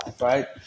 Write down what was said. right